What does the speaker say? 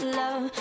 love